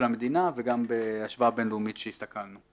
המדינה וגם בהשוואה בין-לאומית שהסתכלנו.